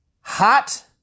hot